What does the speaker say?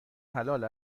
حلال